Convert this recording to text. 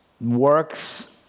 works